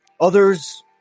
Others